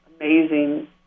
amazing